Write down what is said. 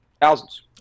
Thousands